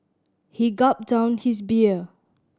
he gulped down his beer